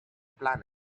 planet